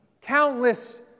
Countless